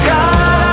God